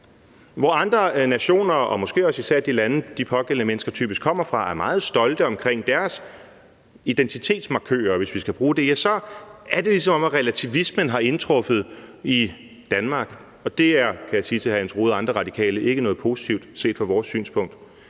Hvor andre nationer og måske især de lande, de pågældende mennesker typisk kommer fra, er meget stolte af deres identitetsmarkører, hvis vi skal bruge det udtryk, er det, som om relativismen har indtruffet sig i Danmark. Det er – kan jeg sige til hr. Jens Rohde og andre radikale – ikke noget positivt set fra vores synspunkt.